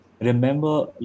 remember